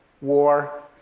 war